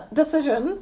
decision